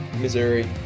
Missouri